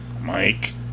Mike